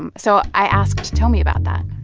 um so i asked tomi about that